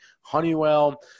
Honeywell